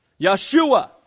Yeshua